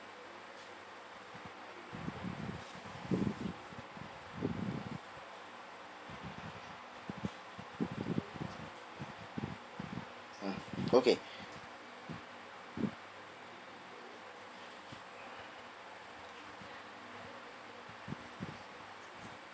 mm okay